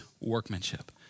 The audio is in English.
workmanship